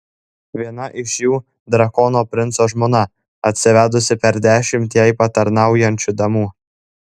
viena iš jų drakono princo žmona atsivedusi per dešimt jai patarnaujančių damų